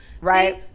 Right